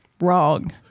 wrong